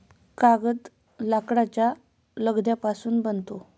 कागद लाकडाच्या लगद्यापासून बनतो